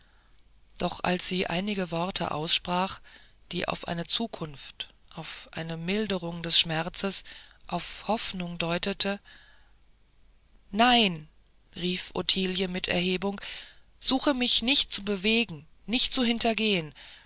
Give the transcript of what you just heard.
doch als sie einige worte aussprach die auf eine zukunft auf eine milderung des schmerzes auf hoffnung deuteten nein rief ottilie mit erhebung sucht mich nicht zu bewegen nicht zu hintergehen